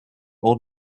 old